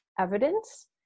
evidence